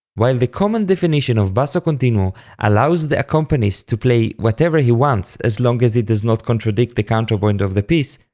while the common definition of basso continuo allows the accompanist to play whatever he wants as long as it does not contradict the counterpoint of the piece,